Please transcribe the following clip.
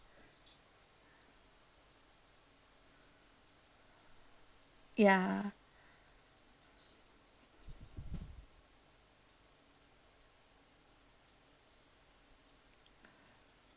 ya